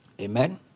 Amen